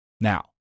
Now